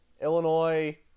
Illinois